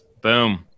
Boom